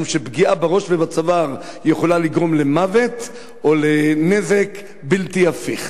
משום שפגיעה בראש ובצוואר יכולה לגרום מוות או נזק בלתי הפיך.